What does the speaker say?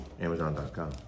amazon.com